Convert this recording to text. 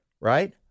right